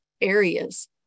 areas